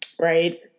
Right